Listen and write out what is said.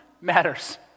matters